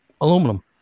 aluminum